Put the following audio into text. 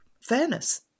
fairness